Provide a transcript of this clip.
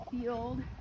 field